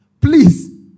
please